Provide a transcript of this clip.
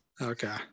okay